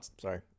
Sorry